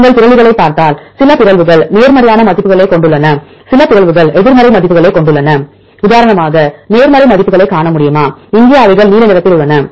நீங்கள் பிறழ்வுகளைப் பார்த்தால் சில பிறழ்வுகள் நேர்மறையான மதிப்புகளைக் கொண்டுள்ளன சில பிறழ்வுகள் எதிர்மறை மதிப்புகளைக் கொண்டுள்ளன உதாரணமாக நேர்மறை மதிப்புகளைக் காண முடியுமா இங்கே அவைகள் நீல நிறத்தில் உள்ளன